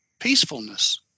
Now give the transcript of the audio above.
peacefulness